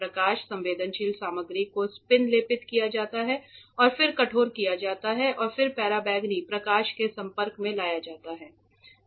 प्रकाश संवेदनशील सामग्री को स्पिन लेपित किया जाता है और फिर कठोर किया जाता है और फिर पराबैंगनी प्रकाश के संपर्क में लाया जाता है